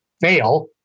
fail